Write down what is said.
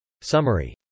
Summary